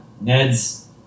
Ned's